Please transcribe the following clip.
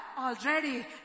already